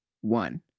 one